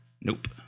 Nope